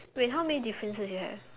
wait how many differences you have